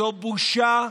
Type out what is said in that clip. זו בושה.